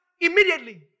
immediately